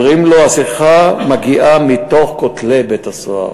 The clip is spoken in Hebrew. אומרים לו: השיחה מגיעה מתוך כותלי בית-הסוהר.